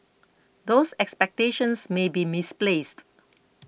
those expectations may be misplaced